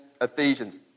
Ephesians